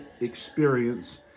experience